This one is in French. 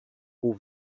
aux